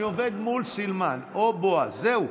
אני עובד מול סילמן או בועז, זהו.